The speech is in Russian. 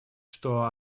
что